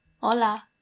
hola